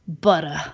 butter